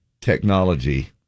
technology